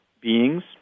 beings